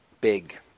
big